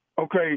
Okay